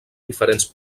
diferents